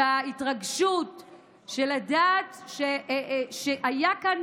וההתרגשות של לדעת שהיה כאן,